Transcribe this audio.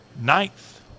Ninth